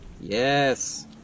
Yes